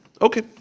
Okay